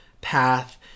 path